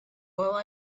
all